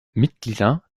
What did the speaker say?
mitglieder